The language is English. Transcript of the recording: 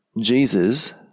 Jesus